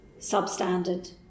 substandard